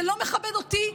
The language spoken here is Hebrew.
זה לא מכבד אותי,